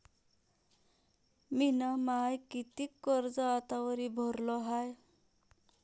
मिन माय कितीक कर्ज आतावरी भरलं हाय?